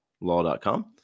law.com